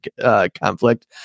conflict